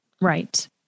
Right